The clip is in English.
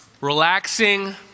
relaxing